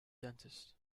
dentist